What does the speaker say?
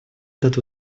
этот